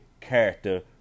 character